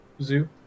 Zoo